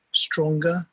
stronger